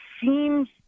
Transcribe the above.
seems